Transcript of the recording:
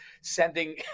sending